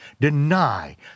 deny